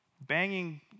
banging